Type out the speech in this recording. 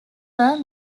were